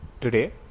today